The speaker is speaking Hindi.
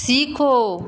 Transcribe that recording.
सीखो